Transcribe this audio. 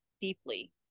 deeply